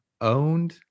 owned